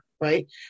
right